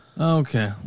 Okay